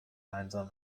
einsam